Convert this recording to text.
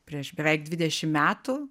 prieš beveik dvidešim metų